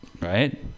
Right